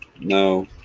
No